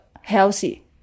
healthy